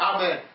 Amen